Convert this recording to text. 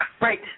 Right